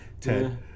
Ted